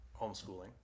homeschooling